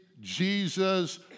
Jesus